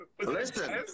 Listen